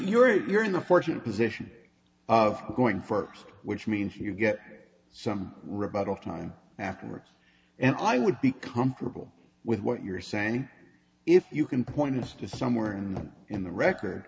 you're you're in the fortunate position of going first which means you get some rebuttal time afterwards and i would be comfortable with what you're saying if you can point us to somewhere in the record